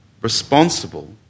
responsible